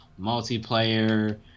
multiplayer